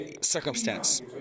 Circumstance